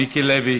מיקי לוי.